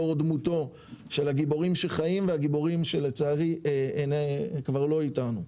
לאור דמותו של הגיבורים שחיים והגיבורים שלצערי כבר לא איתנו.